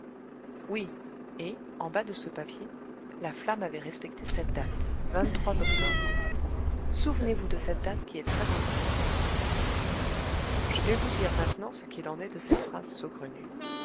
oui et en bas de ce papier la flamme avait respecté cette date octobre souvenez-vous de cette date qui est très importante je vais vous dire maintenant ce qu'il en est de cette phrase saugrenue